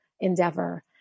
Endeavor